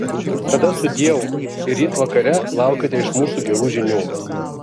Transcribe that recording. tada sudieu ir ryt vakare laukite iš mūsų gerų žinių